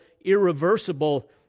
irreversible